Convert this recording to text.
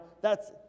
thats